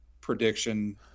prediction